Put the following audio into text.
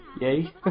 Yay